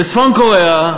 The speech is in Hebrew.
בצפון-קוריאה,